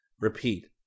Repeat